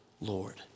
Lord